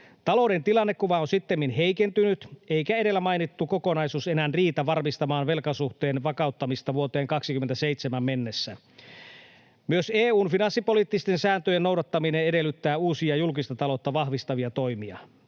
Talouden tilannekuva on sittemmin heikentynyt, eikä edellä mainittu kokonaisuus enää riitä varmistamaan velkasuhteen vakauttamista vuoteen 27 mennessä. Myös EU:n finanssipoliittisten sääntöjen noudattaminen edellyttää uusia julkista taloutta vahvistavia toimia.